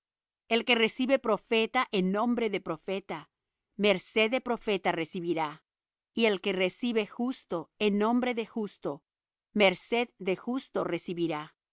el que recibe profeta en nombre de profeta merced de profeta recibirá y el que recibe justo en nombre de justo merced de justo recibirá